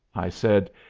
i said,